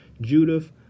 Judith